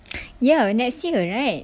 ya next year right